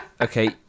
okay